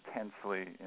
intensely